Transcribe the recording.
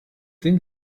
den